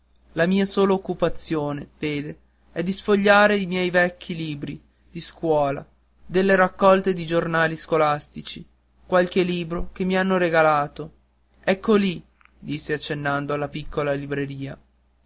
la mia sola occupazione vede è di sfogliare i miei vecchi libri di scuola delle raccolte di giornali scolastici qualche libro che mi hanno regalato ecco lì disse accennando la piccola libreria